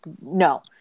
no